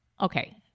Okay